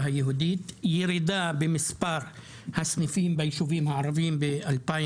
היהודית; ירידה במספר הסניפים בישובים הערביים ב-2021,